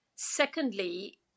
Secondly